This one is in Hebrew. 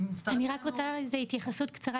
אני רק רוצה התייחסות קצרה,